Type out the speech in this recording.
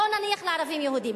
בוא נניח לערבים יהודים,